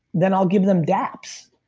then i'll give them daps.